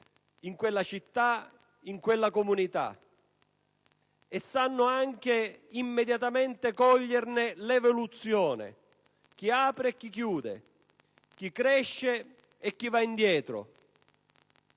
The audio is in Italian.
in quella città, in quella comunità e sanno anche immediatamente coglierne l'evoluzione: chi apre e chi chiude, chi cresce, chi va indietro.